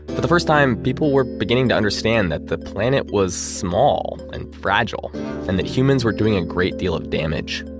but the first time, people were beginning to understand that the planet was small and fragile and that humans were doing a great deal of damage.